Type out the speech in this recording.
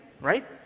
right